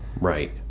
Right